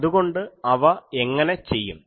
അതുകൊണ്ട് അവ എങ്ങനെ ചെയ്യും